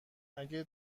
اگه